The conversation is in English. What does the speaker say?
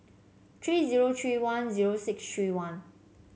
three zero three one zero six three one